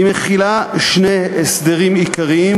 היא מכילה שני הסדרים עיקריים,